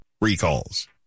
recalls